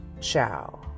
Ciao